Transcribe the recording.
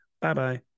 Bye-bye